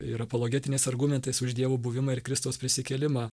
ir apologetiniais argumentais už dievo buvimą ir kristaus prisikėlimą